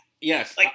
yes